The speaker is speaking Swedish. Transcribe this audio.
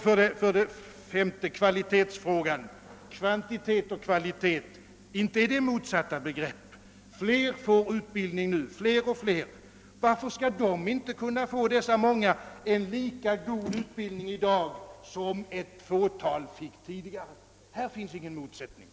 För det femte: Inte är kvantiteten och kvaliteten motsatta begrepp. Flera och flera får nu utbildning. Varför skall inte dessa många kunna få en lika god utbildning i dag som ett fåtal fick tidigare? Här finns inga motsättningar.